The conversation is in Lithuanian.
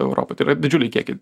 europoj tai yra didžiuliai kiekiai